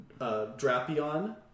Drapion